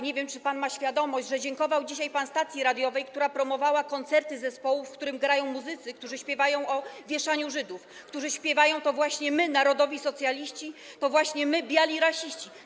Nie wiem, czy pan ma świadomość, że dziękował pan dzisiaj stacji radiowej, która promowała koncerty zespołu, w którym grają muzycy, którzy śpiewają o wieszaniu Żydów, którzy śpiewają: to właśnie my, narodowi socjaliści, to właśnie my, biali rasiści.